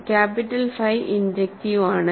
capital phi injective ആണ്